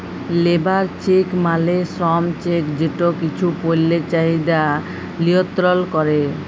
labour check মালে শ্রম check যেট কিছু পল্যের চাহিদা লিয়লত্রল ক্যরে